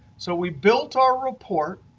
so we built our report,